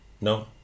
No